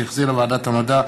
שהחזירה ועדת המדע והטכנולוגיה.